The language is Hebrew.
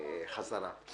חזרה.